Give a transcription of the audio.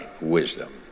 wisdom